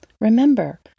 Remember